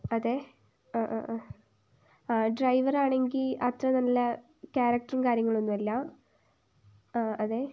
അതെ ആ ആ ആ ആ ഡ്രൈവർ ആണെങ്കിൽ അത്ര നല്ല ക്യാരക്ടറും കാര്യങ്ങളൊന്നുമല്ല ആ അതെ